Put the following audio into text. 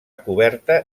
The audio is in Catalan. coberta